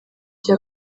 cya